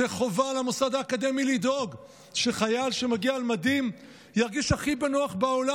חובה על המוסד האקדמי לדאוג שחייל שמגיע על מדים ירגיש הכי בנוח בעולם.